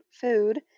food